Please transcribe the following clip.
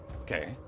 Okay